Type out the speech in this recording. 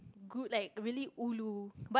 good like really ulu but